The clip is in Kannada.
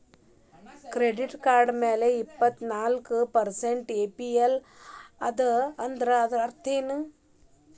ಕೆಡಿಟ್ ಕಾರ್ಡ್ ಮ್ಯಾಲೆ ಇಪ್ಪತ್ನಾಲ್ಕ್ ಪರ್ಸೆಂಟ್ ಎ.ಪಿ.ಆರ್ ಅದ ಅಂದ್ರೇನ್ ಅರ್ಥ?